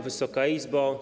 Wysoka Izbo!